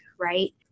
right